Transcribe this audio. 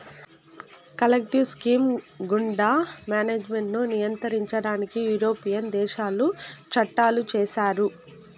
collective scheme గుండా management ను నియంత్రించడానికి యూరోపియన్ దేశాలు చట్టాలు చేశాయి